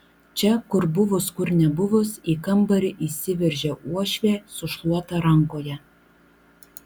čia kur buvus kur nebuvus į kambarį įsiveržia uošvė su šluota rankoje